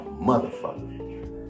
motherfucker